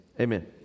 amen